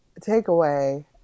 takeaway